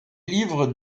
livres